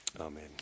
Amen